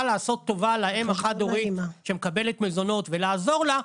לעשות טובה לאם החד-הורית שמקבלת מזונות ולעזור לה,